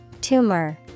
Tumor